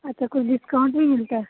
अच्छा कुछ डिस्काउंट भी मिलता है